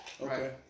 Okay